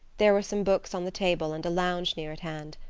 there were some books on the table and a lounge near at hand.